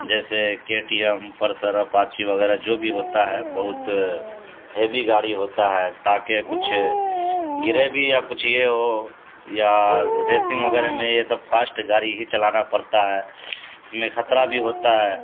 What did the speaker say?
جیسے K T M Pulsar Apache وغیرہ جو بھی ہوتا ہے بہت ہیوی گاڑی ہوتا ہے تاکہ کچھ گرے بھی یا کچھ یہ ہو یا ریسنگ وغیرہ میں یہ سب فاسٹ گاڑی ہی چلانا پڑتا ہے اس میں خطرہ بھی ہوتا ہے